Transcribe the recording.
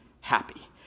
happy